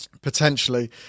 Potentially